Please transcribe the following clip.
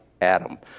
Adam